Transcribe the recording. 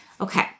okay